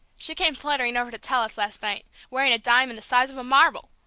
she came fluttering over to tell us last night, wearing a diamond the size of a marble!